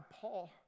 Paul